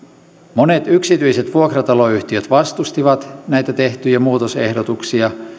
monet yksityiset vuokrataloyhtiöt vastustivat näitä tehtyjä muutosehdotuksia